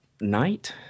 night